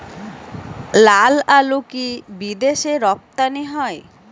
লালআলু কি বিদেশে রপ্তানি হয়?